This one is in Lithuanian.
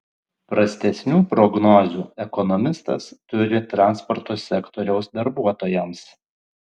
prastesnių prognozių ekonomistas turi transporto sektoriaus darbuotojams